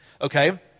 Okay